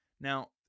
Now